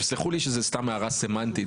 סלחו לי שזה סתם הערה סמנטית,